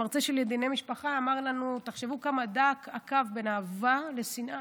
המרצה שלי לדיני משפחה אמר לנו: תחשבו כמה דק הקו בין אהבה לשנאה.